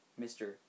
Mr